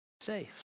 safe